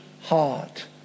heart